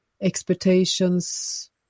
expectations